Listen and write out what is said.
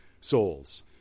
souls